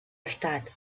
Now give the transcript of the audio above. estat